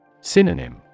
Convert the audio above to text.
Synonym